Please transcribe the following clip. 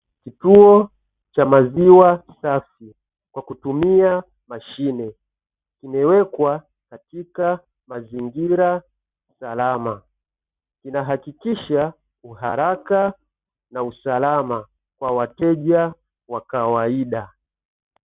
Kituo cha maziwa safi ,cha kwa kutumia mashine, imewekwa katika mazingira usalama, inahakikisha uharaka na usalama kwa wateja wa kawaida.